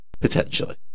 potentially